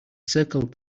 circled